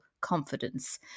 confidence